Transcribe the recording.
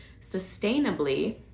sustainably